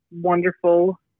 wonderful